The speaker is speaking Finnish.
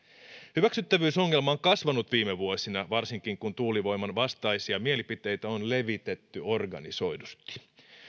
hyväksyttävyysongelma on kasvanut viime vuosina varsinkin kun tuulivoiman vastaisia mielipiteitä on levitetty organisoidusti